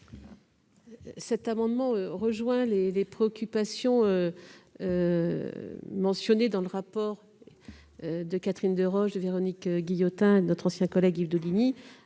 Cet amendement rejoint les préoccupations exprimées dans le rapport de Catherine Deroche, de Véronique Guillotin et de notre ancien collègue Yves Daudigny.